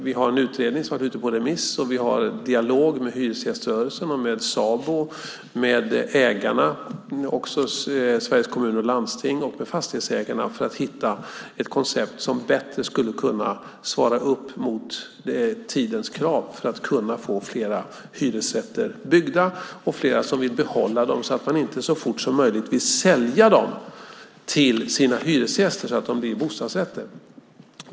Vi har en utredning som har varit ute på remiss, och vi har en dialog med hyresgäströrelsen, med Sabo och med ägarna och också med Sveriges Kommuner och Landsting och med Fastighetsägarna för att hitta ett koncept som bättre skulle kunna svara upp mot tidens krav just för att vi ska kunna få fler hyresrätter byggda och fler som vill behålla dem, alltså att man inte så fort som möjligt vill sälja lägenheterna till sina hyresgäster så att lägenheterna blir bostadsrätter.